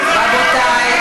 רבותי,